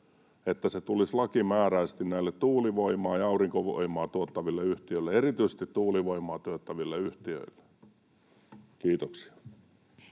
että se tulisi lakimääräisesti näille tuulivoimaa ja aurinkovoimaa tuottaville yhtiöille, erityisesti tuulivoimaa tuottaville yhtiöille? — Kiitoksia.